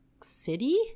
City